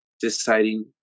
deciding